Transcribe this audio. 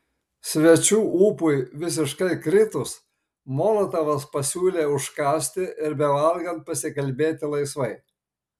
svečių ūpui visiškai kritus molotovas pasiūlė užkąsti ir bevalgant pasikalbėti laisvai